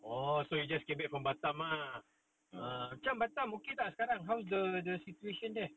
oh so you just came back from batam ah err amacam batam okay tak sekarang how is the the situation there